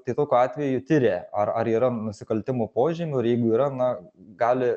tai tokiu atveju tiria ar ar yra nusikaltimo požymių ir jeigu yra na gali